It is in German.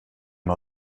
mal